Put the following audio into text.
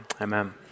Amen